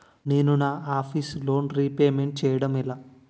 నేను నా office loan repayment చేయడం ఎలా?